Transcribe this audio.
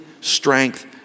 strength